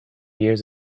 years